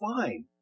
fine